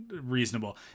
reasonable